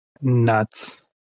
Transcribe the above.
Nuts